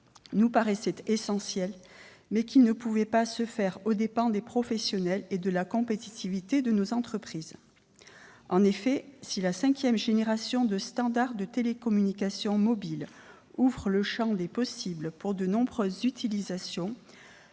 sans pour autant que cette évolution se fasse aux dépens des professionnels et de la compétitivité de nos entreprises. En effet, si la cinquième génération de standards de télécommunications mobiles ouvre le champ des possibles pour de nombreuses utilisations,